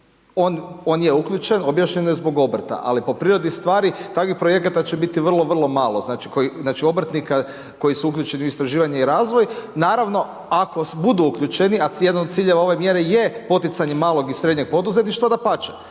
on je uključen, objašnjen je zbog obrta ali po prirodi stvari takvih projekata će biti vrlo, vrlo malo. Znači obrtnika koji su uključeni u istraživanje i razvoj. Naravno ako budu uključeni, a jedan od ciljeva ove mjere je poticanje malog i srednjeg poduzetništva dapače.